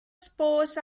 spores